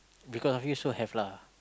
because of you so have lah